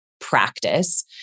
practice